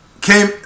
came